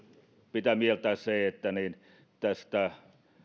pitää mieltää se että tästä